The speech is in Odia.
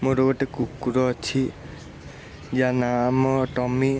ମୋର ଗୋଟେ କୁକୁର ଅଛି ଯାହାର ନାଁ ଆମ ଟମି